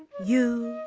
you.